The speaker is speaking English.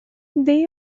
they